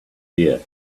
year